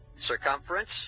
Circumference